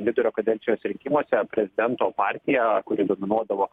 vidurio kadencijos rinkimuose prezidento partija kuri dominuodavo